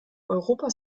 europa